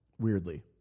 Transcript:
weirdly